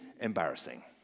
embarrassing